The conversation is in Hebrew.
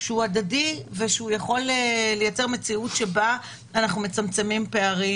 שהוא הדדי ושהוא יכול לייצר מציאות שבה אנחנו מצמצמים פערים.